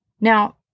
Now